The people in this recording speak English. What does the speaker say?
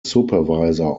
supervisor